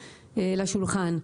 לשולחן.